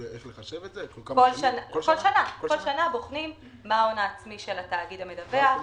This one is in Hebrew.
בכל שנה בוחנים מה ההון העצמי של התאגיד המדווח או